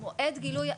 מועד גילוי,